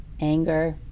anger